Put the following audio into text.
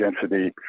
density